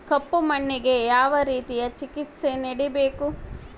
ಕಪ್ಪು ಮಣ್ಣಿಗೆ ಯಾವ ರೇತಿಯ ಚಿಕಿತ್ಸೆ ನೇಡಬೇಕು?